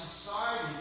society